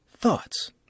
Thoughts